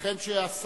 יציג את החוק שר